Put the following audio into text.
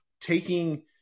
taking